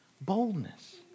boldness